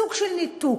סוג של ניתוק,